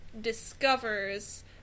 discovers